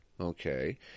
okay